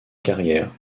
carrière